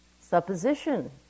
supposition